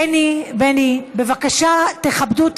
בני, בבקשה, תכבדו.